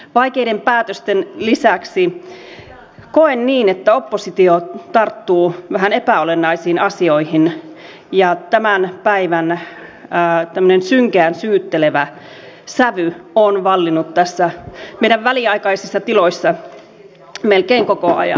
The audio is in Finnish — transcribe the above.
vaikeiden päätösten lisäksi koen niin että oppositio tarttuu vähän epäolennaisiin asioihin ja tämän päivän tämmöinen synkeän syyttelevä sävy on vallinnut tässä meidän väliaikaisissa tiloissamme melkein koko ajan